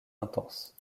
intense